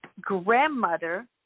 grandmother